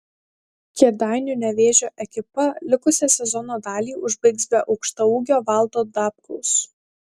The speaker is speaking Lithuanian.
kėdainių nevėžio ekipa likusią sezono dalį užbaigs be aukštaūgio valdo dabkaus